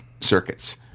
circuits